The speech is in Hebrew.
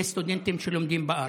לסטודנטים שלומדים בארץ,